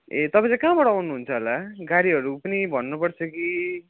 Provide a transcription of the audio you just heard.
ए तपाईँ चाहिँ कहाँबाट आउनुहुन्छ होला गाडीहरू पनि भन्नुपर्छ कि